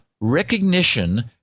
recognition